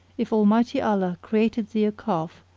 if almighty allah created thee a calf,